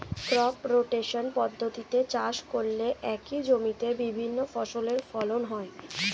crop rotation পদ্ধতিতে চাষ করলে একই জমিতে বিভিন্ন ফসলের ফলন হয়